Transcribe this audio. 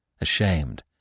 ashamed